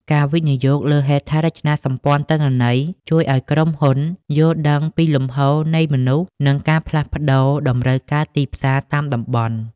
ការវិនិយោគលើ "ហេដ្ឋារចនាសម្ព័ន្ធទិន្នន័យ" ជួយឱ្យក្រុមហ៊ុនយល់ដឹងពីលំហូរនៃមនុស្ស និងការផ្លាស់ប្តូរតម្រូវការទីផ្សារតាមតំបន់។